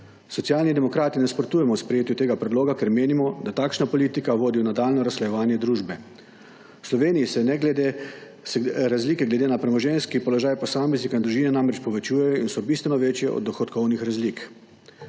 Socialni demokrati nasprotujemo sprejetju tega predloga, ker menimo, da takšna politika vodi v nadaljnje razslojevanje družbe. V Sloveniji se razlike glede na premoženjski položaj posameznika in družine namreč povečujejo in so bistveno večje od dohodkovnih razlik.